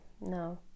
no